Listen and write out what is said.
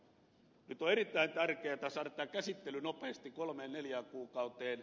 nyt on erittäin tärkeätä saada tämä käsittely nopeasti kolmeen neljään kuukauteen